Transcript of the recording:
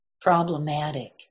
problematic